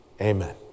Amen